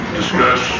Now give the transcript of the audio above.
discuss